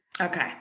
Okay